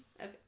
Okay